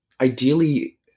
Ideally